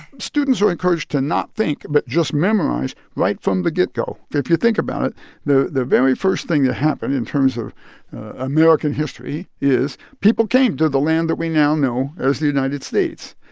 students are encouraged to not think but just memorize right from the get-go. if you think about it, the the very first thing that happened in terms of american history is people came to the land that we now know as the united states.